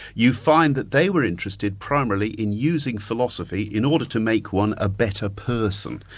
you find that they were interested primarily in using philosophy in order to make one a better person,